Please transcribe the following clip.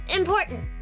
important